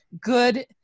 good